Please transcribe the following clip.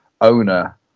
owner